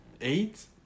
Eight